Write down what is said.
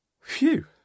Phew